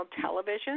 television